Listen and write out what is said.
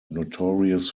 notorious